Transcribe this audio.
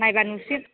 नायबा नुसिगोन